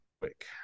quick